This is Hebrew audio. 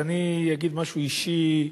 ואני אגיד משהו אישי.